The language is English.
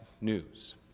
news